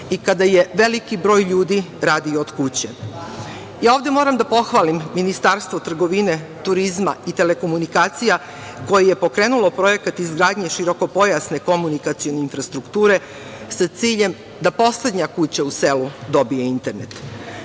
i kada je veliki broj ljudi radio od kuće. Ovde moram da pohvalim Ministarstvo trgovine, turizma i telekomunikacija koje je pokrenulo projekat izgradnje širokopojasne komunikacione infrastrukture sa ciljem da poslednja kuća u selu dobije internet. Na